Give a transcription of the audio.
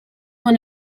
when